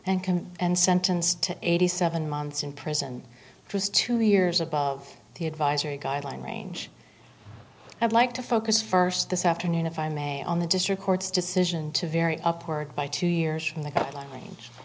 him and sentenced to eighty seven months in prison because two years of the advisory guideline range i'd like to focus first this afternoon if i may on the district court's decision to vary upward by two years from the guidelines